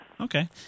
Okay